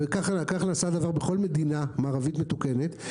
וכך נעשה הדבר בכל מדינה מערבית מתוקנת,